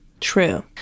True